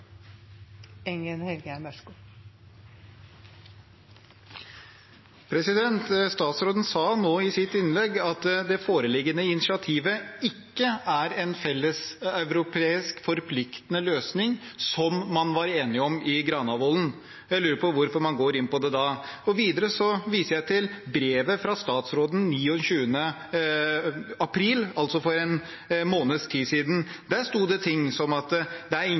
en felleseuropeisk forpliktende løsning, som man var enig om i Granavolden-plattformen. Jeg lurer på hvorfor man går inn på det da. Videre vil jeg vise til brevet fra statsråden 29. april, altså for en måneds tid siden. Der sto det bl.a. at det er ingen